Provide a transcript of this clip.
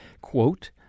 Quote